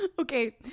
Okay